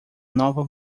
nova